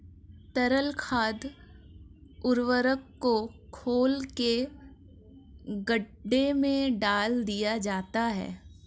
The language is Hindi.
तरल खाद उर्वरक को घोल के गड्ढे में डाल दिया जाता है